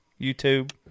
YouTube